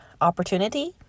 opportunity